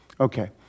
okay